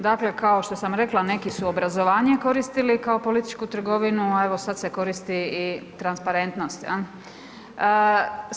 Dakle, kao što sam rekla, neki su obrazovanje koristili kao političku trgovinu, a evo, sad se koristi i transparentnost, je li.